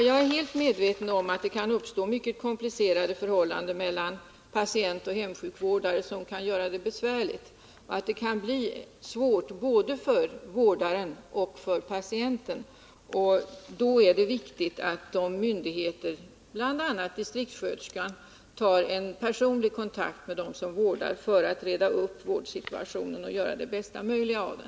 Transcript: Jag är helt medveten om att det kan uppstå mycket komplicerade förhållanden mellan patient och hemsjukvårdare, som kan göra det svårt både för vårdaren och för patienten. Då är det viktigt att vederbörande myndigheter, bl.a. distriktssköterskan, tar personlig kontakt med dem som vårdar patienten för att reda upp vårdsituationen och göra det bästa möjliga av den.